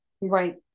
Right